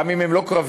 גם אם הן לא קרביות,